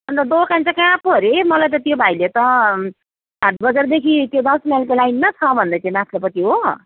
अन्त दोकान चाहिँ कहाँ पो अरे मलाई त त्यो भाइले त हाट बजारदेखि त्यो दस माइलको लाइनमा पो छ भन्दैथ्यो माथ्लोपट्टि हो